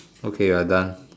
okay I done